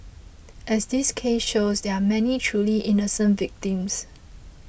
as this case shows there are many truly innocent victims